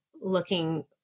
looking